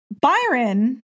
byron